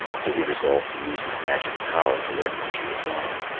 so he resolved to use his magic power to learn where she had gone.